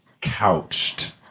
couched